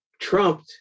trumped